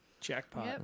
Jackpot